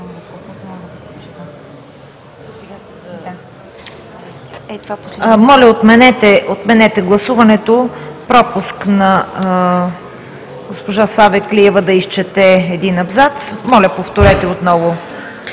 Моля, отменете гласуването – пропуск на госпожа Савеклиева да изчете един абзац. Моля, повторете.